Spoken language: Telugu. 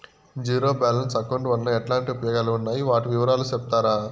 జీరో బ్యాలెన్స్ అకౌంట్ వలన ఎట్లాంటి ఉపయోగాలు ఉన్నాయి? వాటి వివరాలు సెప్తారా?